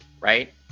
right